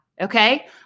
okay